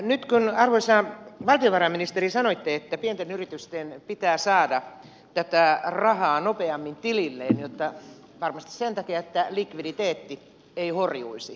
nyt kun arvoisa valtiovarainministeri sanoitte että pienten yritysten pitää saada tätä rahaa nopeammin tililleen varmasti sen takia että likviditeetti ei horjuisi